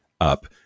up